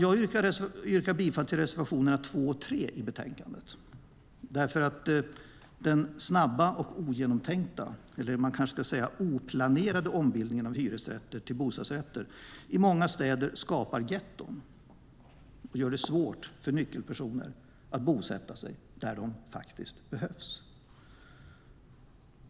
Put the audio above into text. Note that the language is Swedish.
Jag yrkar bifall till reservationerna 2 och 3 i betänkandet, därför att den snabba och ogenomtänkta, eller man kanske ska säga den oplanerade, ombildningen av hyresrätter till bostadsrätter i många städer skapar getton och gör det svårt för nyckelpersoner att bosätta sig där de faktiskt behövs.